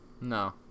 No